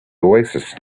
oasis